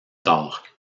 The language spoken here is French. tard